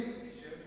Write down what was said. אנטישמים?